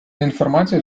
інформацію